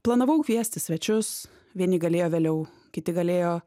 planavau kviesti svečius vieni galėjo vėliau kiti galėjo